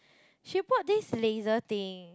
she bought this laser thing